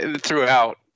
throughout